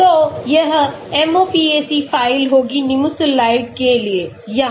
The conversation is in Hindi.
तो यह MOPAC फ़ाइल होगी Nimesulide के लिए यहाँ